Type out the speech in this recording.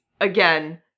again